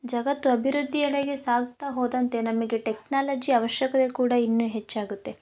ಜಗತ್ತು ಅಭಿವೃದ್ದಿಯಡೆಗೆ ಸಾಗ್ತಾ ಹೋದಂತೆ ನಮಗೆ ಟೆಕ್ನಾಲಜಿ ಅವಶ್ಯಕತೆ ಕೂಡ ಇನ್ನು ಹೆಚ್ಚಾಗುತ್ತೆ